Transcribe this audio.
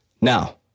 Now